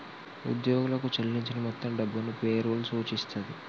ఉద్యోగులకు చెల్లించిన మొత్తం డబ్బును పే రోల్ సూచిస్తది